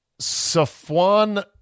Safwan